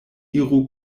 iru